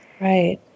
Right